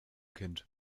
kind